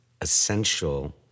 essential